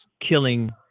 killing